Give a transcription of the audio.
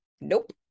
nope